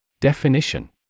Definition